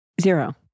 Zero